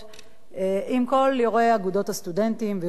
עם כל יו"רי אגודות הסטודנטים ויו"ר ההתאחדות.